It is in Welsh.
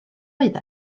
oedd